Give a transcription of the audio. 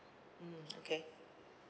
mm okay